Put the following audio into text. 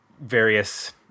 various